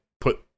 put